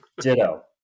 Ditto